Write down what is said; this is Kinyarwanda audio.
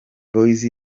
boyz